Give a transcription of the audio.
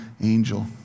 angel